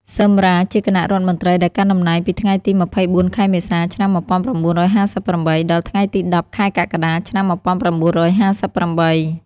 ស៊ឹម រ៉ា ជាគណៈរដ្ឋមន្ត្រីដែលកាន់តំណែងពីថ្ងៃទី ២៤ ខែមេសា ឆ្នាំ១៩៥៨ ដល់ថ្ងៃទី ១០ ខែកក្កដា ឆ្នាំ១៩៥៨។